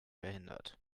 verhindert